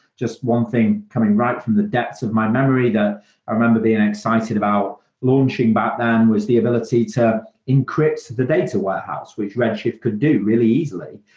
just one thing coming right from the debts of my memory, i remember being excited about launching back then was the ability to encrypt the data warehouse, which red shift could do really easily.